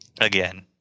again